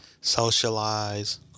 socialize